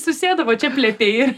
susėdo va čia plepiai